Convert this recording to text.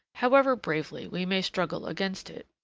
however bravely we may struggle against it.